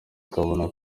akabona